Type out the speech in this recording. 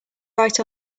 right